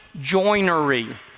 joinery